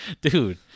dude